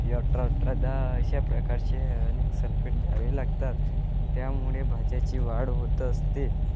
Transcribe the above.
अठरा अठरा दहा अशा प्रकारचे अनेक सल्फेट द्यावे लागतात त्यामुळे भाज्याची वाढ होत असते